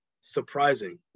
surprising